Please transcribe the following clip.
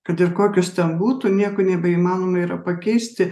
kad ir kokios ten būtų nieko nebeįmanoma yra pakeisti